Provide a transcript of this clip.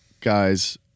guys